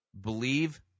Believe